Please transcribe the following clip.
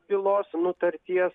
bylos nutarties